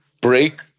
Break